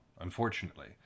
unfortunately